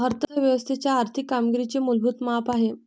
अर्थ व्यवस्थेच्या आर्थिक कामगिरीचे मूलभूत माप आहे